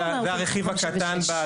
זה הרכיב הקטן,